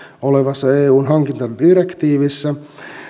olevassa eun hankintadirektiivissä